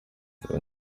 ibi